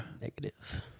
Negative